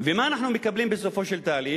ומה אנחנו מקבלים בסופו של תהליך?